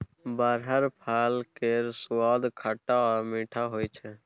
बरहर फल केर सुआद खट्टा आ मीठ होइ छै